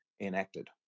enacted